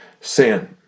sin